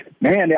Man